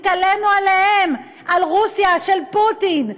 התעלינו עליהם, על רוסיה של פוטין.